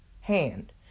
hand